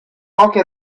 poche